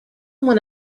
when